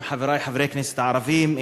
עם חברי חברי הכנסת הערבים,